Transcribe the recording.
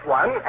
one